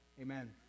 Amen